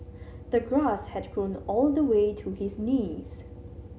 the grass had grown all the way to his knees